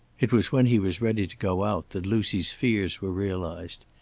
it was when he was ready to go out that lucy's fears were realized.